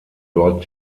dort